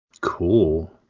Cool